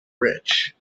rich